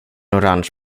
orange